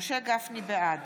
בעד